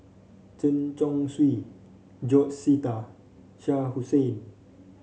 Chen Chong Swee George Sita Shah Hussain